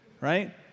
right